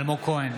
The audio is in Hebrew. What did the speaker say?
נגד מאיר כהן,